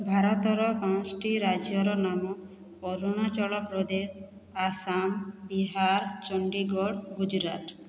ଭାରତର ପାଞ୍ଚ୍ଟି ରାଜ୍ୟର ନାମ ଅରୁଣାଚଳପ୍ରଦେଶ ଆସାମ ବିହାର ଚଣ୍ଡିଗଡ଼ ଗୁଜୁରାଟ